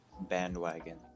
bandwagon